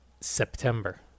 September